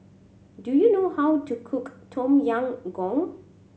do you know how to cook Tom Yam Goong